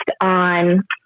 on